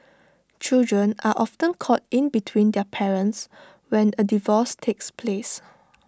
children are often caught in between their parents when A divorce takes place